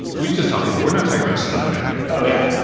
we should just tell people, we're not talking about stun gun here oh yeah.